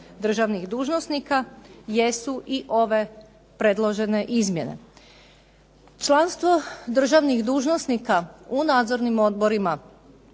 državnih dužnosnika jesu i ove predložene izmjene. Članstvo državnih dužnosnika u nadzornim odborima